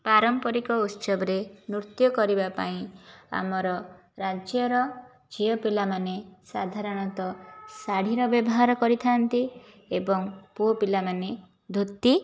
ପାରମ୍ପରିକ ଉତ୍ସବରେ ନୃତ୍ୟ କରିବା ପାଇଁ ଆମର ରାଜ୍ୟର ଝିଅପିଲାମାନେ ସାଧାରଣତଃ ଶାଢ଼ୀର ବ୍ୟବହାର କରିଥାନ୍ତି ଏବଂ ପୁଅ ପିଲାମାନେ ଧୋତି